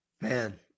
man